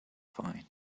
fine